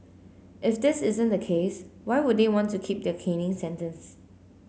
if this isn't the case why would they want to keep their caning sentence